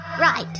Right